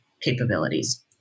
capabilities